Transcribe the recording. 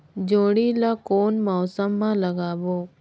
जोणी ला कोन मौसम मा लगाबो?